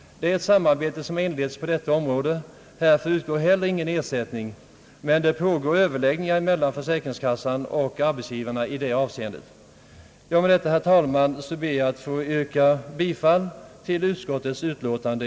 Det är ett samarbete som har inletts på detta område, Härför lämnas heller ingen ersättning, men överläggningar mellan försäkringskassan och arbetsgivarna pågår i det avseendet. Med detta ber jag, herr talman, att få yrka bifall till utskottets utlåtande.